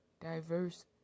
diverse